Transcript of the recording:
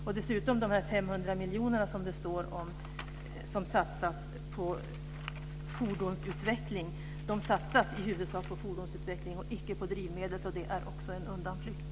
Och när det gäller de 500 miljonerna som det står om satsas dessa i huvudsak på fordonsutveckling och icke på drivmedel, så det är också en undanflykt.